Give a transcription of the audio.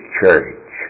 church